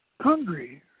hungry